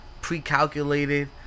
Pre-calculated